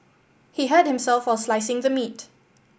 he hurt himself while slicing the meat